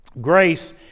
grace